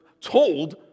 told